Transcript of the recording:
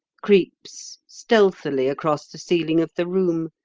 creeps stealthily across the ceiling of the room,